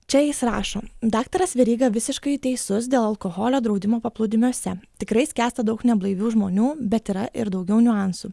čia jis rašo daktaras veryga visiškai teisus dėl alkoholio draudimų paplūdimiuose tikrai skęsta daug neblaivių žmonių bet yra ir daugiau niuansų